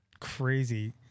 crazy